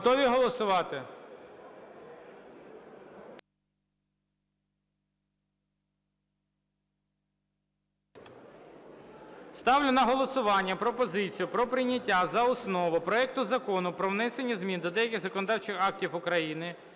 Готові голосувати? Ставлю на голосування пропозицію про прийняття за основу проект Закону про внесення змін до деяких законодавчих актів України